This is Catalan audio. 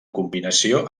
combinació